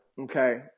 okay